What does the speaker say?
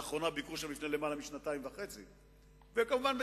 לצערי, מתוחכמת ובעייתית מאוד